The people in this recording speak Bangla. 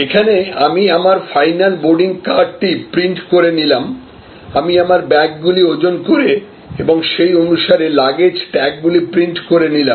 এখানে আমি আমার ফাইনাল বোর্ডিং কার্ডটি প্রিন্ট করে নিলাম আমি আমার ব্যাগগুলি ওজন করে এবং সেই অনুসারে লাগেজ ট্যাগগুলি প্রিন্ট করে নিলাম